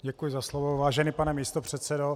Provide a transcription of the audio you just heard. Děkuji za slovo, vážený pane místopředsedo.